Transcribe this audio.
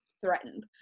threatened